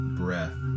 breath